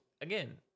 again